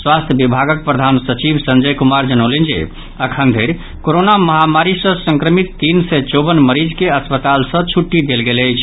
स्वास्थ्य विभागक प्रधान सचिव संजय कुमार जनौलनि जे अखन धरि कोरोना महामारी सँ संक्रमित तीन सय चौवन मरीज के अस्पताल सँ छुट्टी देल गेल अछि